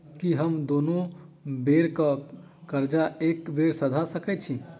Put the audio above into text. की हम दुनू बेर केँ कर्जा एके बेर सधा सकैत छी?